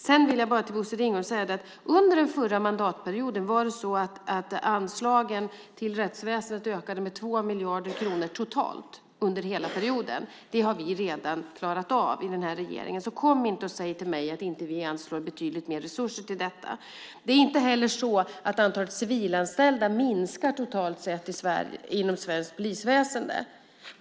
Jag vill bara till Bosse Ringholm säga att det under den förra mandatperioden var så att anslagen till rättsväsendet ökade med 2 miljarder kronor totalt, under hela perioden. Det har vi redan klarat av i den här regeringen. Så kom inte och säg till mig att vi inte anslår betydligt mer resurser till detta. Det är inte heller så att antalet civilanställda minskar totalt sett inom svenskt polisväsende.